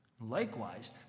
Likewise